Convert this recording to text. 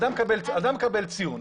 אדם מקבל ציון.